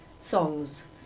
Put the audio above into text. songs